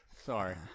Sorry